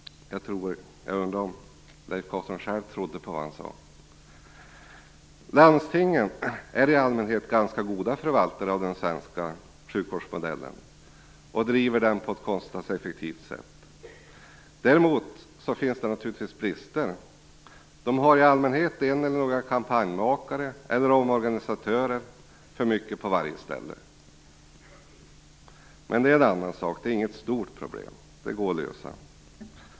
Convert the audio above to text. Jag undrar om Leif Carlson själv trodde på det han sade. Landstingen är i allmänhet ganska goda förvaltare av den svenska sjukvårdsmodellen och driver den på ett kostnadseffektivt sätt. Däremot finns det naturligtvis brister, de har i allmänhet en eller några kampanjmakare och omorganisatörer för mycket på varje ställe. Men det är en annan sak. Det är inget stort problem. Det går att lösa.